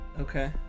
Okay